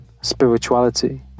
spirituality